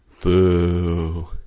Boo